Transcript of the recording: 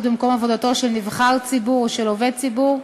במקום עבודתו של נבחר ציבור או של עובד ציבור,